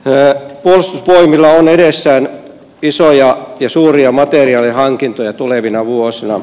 puolustusvoimilla on edessään suuria materiaalihankintoja tulevina vuosina